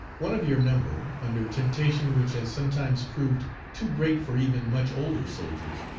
one of your number, under temptation which has sometimes proved too great for even much older soldiers,